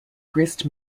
grist